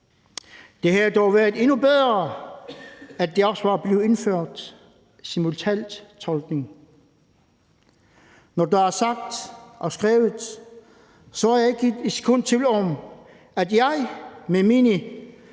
Det havde dog været endnu bedre, at der også var blevet indført simultantolkning. Når det er sagt og skrevet, er jeg ikke et sekund i tvivl om, at jeg med mine